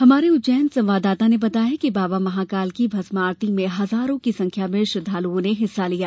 हमारे उज्जैन संवाददाता ने बताया है कि बाबा महाकाल की भस्म आरती में हजारों की संख्यां में श्रद्वालुओं ने हिस्सा लिया